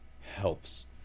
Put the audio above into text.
helps